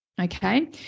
okay